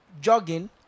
jogging